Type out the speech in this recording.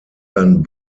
dann